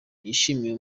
yishimiye